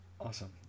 awesome